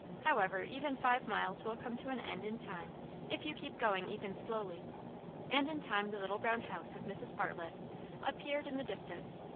however, even five miles will come to an end in time if you keep going even slowly and in time the little brown house of mrs. bartlett appeared in the distance,